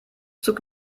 zug